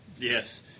Yes